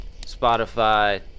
spotify